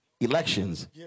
elections